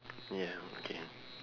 yeah okay